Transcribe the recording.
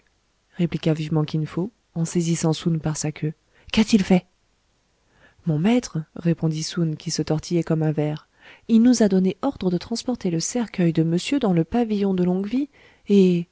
wang répliqua vivement kin fo en saisissant soun par sa queue qu'a-t-il fait mon maître répondit soun qui se tortillait comme un ver il nous a donné ordre de transporter le cercueil de monsieur dans le pavillon de longue vie et